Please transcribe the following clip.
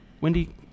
Wendy